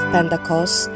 Pentecost